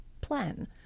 plan